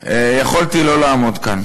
יכולתי לא לעמוד כאן.